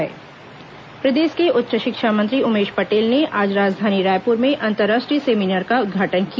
अंतर्राष्ट्रीय सेमिनार प्रदेश के उच्च शिक्षा मंत्री उमेश पटेल ने आज राजधानी रायपुर में अंतर्राष्ट्रीय सेमिनार का उद्घाटन किया